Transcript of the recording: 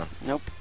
nope